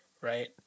Right